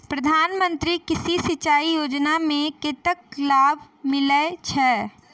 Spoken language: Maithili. प्रधान मंत्री कृषि सिंचाई योजना मे कतेक लाभ मिलय छै?